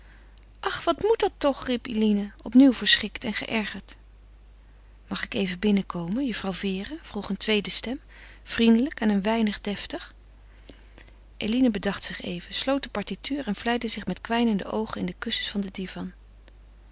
ach wat moet dat toch riep eline opnieuw verschrikt en geërgerd mag ik even binnenkomen juffrouw vere vroeg een tweede stem vriendelijk en een weinig deftig eline bedacht zich even sloot de partiture en vlijde zich met kwijnende oogen in de kussens van den divan